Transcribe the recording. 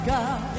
God